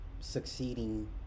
Succeeding